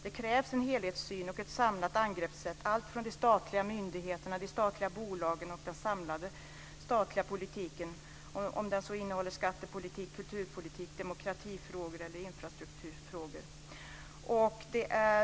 Det krävs en helhetssyn och ett samlat angreppssätt på de statliga myndigheterna, de statliga bolagen och den samlade statliga politiken, om den så innehåller skattepolitik, kulturpolitik, demokratifrågor eller infrastrukturfrågor.